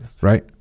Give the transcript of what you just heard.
right